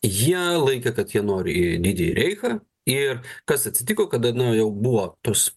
jie laikė kad jie nori į didįjį reichą ir kas atsitiko kada nu jau buvo tos